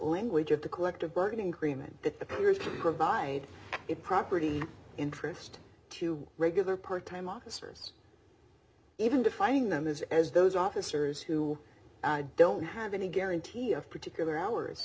language of the collective bargaining agreement that appears to provide it property interest to regular part time officers even defining them as as those officers who don't have any guarantee of particular hours